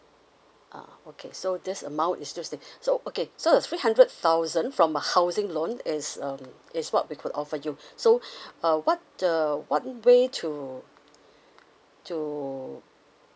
ah okay so this amount interesting so okay so the three hundred thousand from a housing loan is um is what we could offer you so uh what the one way to to